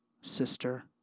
Sister